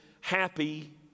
happy